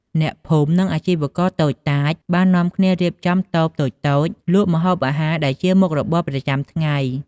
អ្នកភូមិ និងអាជីវករតូចតាចបាននាំគ្នារៀបចំតូបតូចៗលក់ម្ហូបអាហារដែលជាមុខរបរប្រចាំថ្ងៃ។